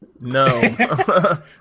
No